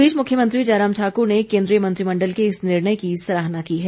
इस बीच मुख्यमंत्री जयराम ठाक्र ने केन्द्रीय मंत्रिमंडल के इस निर्णय की सराहना की है